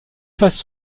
faces